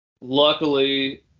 luckily